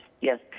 Yes